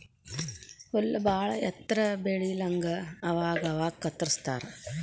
ಹುಲ್ಲ ಬಾಳ ಎತ್ತರ ಬೆಳಿಲಂಗ ಅವಾಗ ಅವಾಗ ಕತ್ತರಸ್ತಾರ